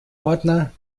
ordner